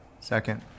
second